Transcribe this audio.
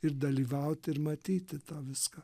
ir dalyvauti ir matyti tą viską